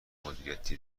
مدیریتی